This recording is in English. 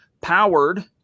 powered